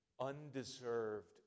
undeserved